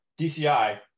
DCI